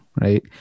right